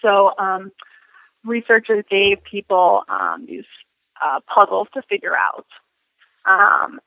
so um researchers gave people um ah puzzles to figure out um